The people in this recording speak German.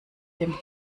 dem